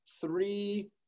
three